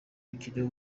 umukino